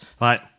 Right